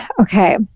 okay